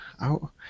out